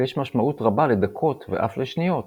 ויש משמעות רבה לדקות ואף לשניות.